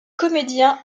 comédien